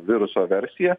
viruso versija